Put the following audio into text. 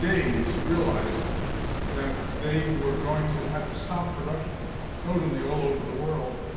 days, realized that they were going to have to stop production totally, all over the world,